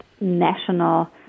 national